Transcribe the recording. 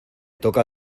toca